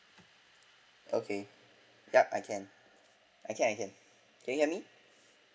okay ya I can I can I can can you hear me